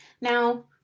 now